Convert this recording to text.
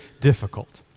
difficult